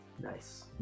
Nice